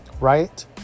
right